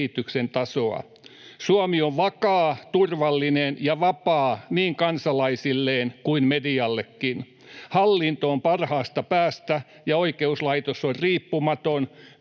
Suomi on vakaa, turvallinen ja vapaa niin kansalaisilleen kuin mediallekin. Hallinto on parhaasta päästä, ja oikeuslaitos on riippumaton.